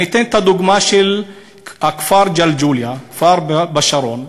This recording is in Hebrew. אני אתן את הדוגמה של הכפר ג'לג'וליה, כפר בשרון,